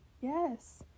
Yes